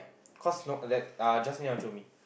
cause no that uh Justin never jio me